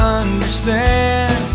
understand